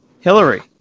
Hillary